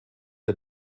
der